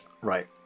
Right